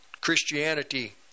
Christianity